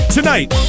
Tonight